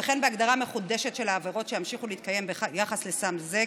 וכן בהגדרה מחודשת של העבירות שימשיכו להתקיים ביחס לסם זה,